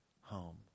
home